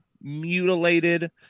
mutilated